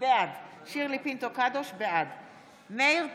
בעד מאיר פרוש,